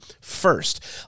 First